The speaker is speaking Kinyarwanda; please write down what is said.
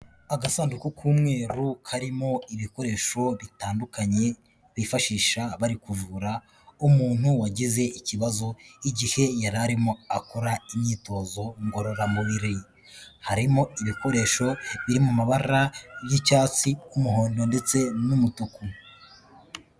Agasanduku k'umweru, karimo ibikoresho bitandukanye, bifashisha bari kuvura umuntu wagize ikibazo igihe yari arimo akora imyitozo ngororamubiri. Harimo ibikoresho biri mu mabara y'icyatsi n'umuhondo ndetse n'umutuku.